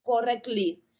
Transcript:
correctly